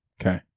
Okay